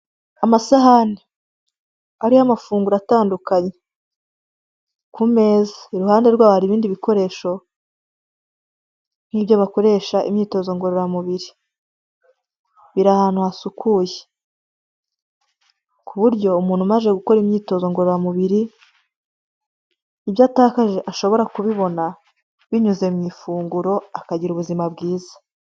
Amasahane ariho amafunguro atandukanye ku meza, iruhande rwayo hari ibindi bikoresho nk'ibyo bakoresha imyitozo ngororamubiri, biri ahantu hasukuye, ku buryo umuntu umajije gukora imyitozo ngororamubiri ibyo atakaje ashobora kubibona, binyuze mu ifunguro akagira ubuzima bwiza.